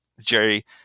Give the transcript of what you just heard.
Jerry